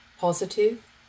positive